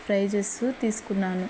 prices తీసుకున్నాను